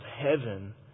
heaven